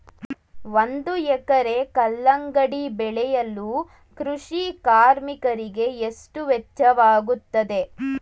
ಒಂದು ಎಕರೆ ಕಲ್ಲಂಗಡಿ ಬೆಳೆಯಲು ಕೃಷಿ ಕಾರ್ಮಿಕರಿಗೆ ಎಷ್ಟು ವೆಚ್ಚವಾಗುತ್ತದೆ?